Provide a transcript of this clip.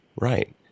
Right